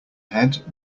head